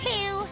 Two